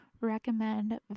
recommend